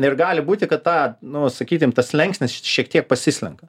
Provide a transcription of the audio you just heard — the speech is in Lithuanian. ir gali būti kad tą nu sakykim tas slenkstis šiek tiek pasislenka